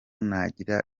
nagira